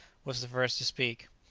was the first to speak.